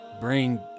bring